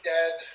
Dead